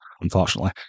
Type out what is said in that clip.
unfortunately